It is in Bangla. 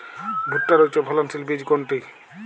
ভূট্টার উচ্চফলনশীল বীজ কোনটি?